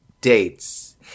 dates